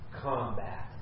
combat